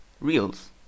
reels